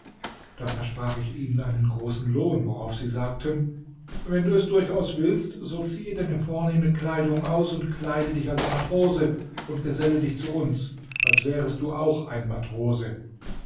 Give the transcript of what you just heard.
da versprach ich ihnen einen großen lohn worauf sie sagten wenn du es durchaus willst so ziehe deine vornehme kleidung aus und kleide dich als matrose und geselle dich zu uns als wärest du auch ein matrose